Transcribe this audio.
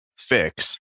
fix